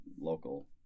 local